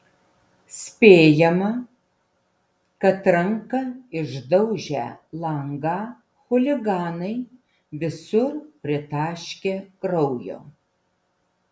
spėjama kad ranka išdaužę langą chuliganai visur pritaškė kraujo